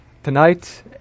Tonight